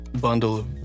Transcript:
bundle